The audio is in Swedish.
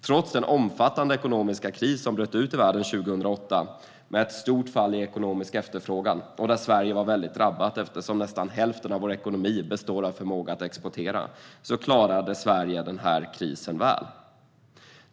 Trots den omfattande ekonomiska kris som bröt ut i världen 2008 med ett stort fall i ekonomisk efterfrågan, och där Sverige var väldigt drabbat eftersom nästan hälften av vår ekonomi består av förmågan att exportera, klarade Sverige krisen väl.